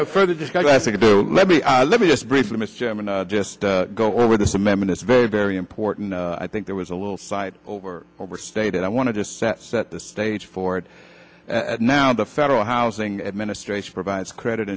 further for the discussion i think you let me let me just briefly miss jim and just go over this amendment is very very important i think there was a little side over overstated i wanted to set set the stage for it and now the federal housing administration provides credit